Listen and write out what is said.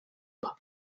club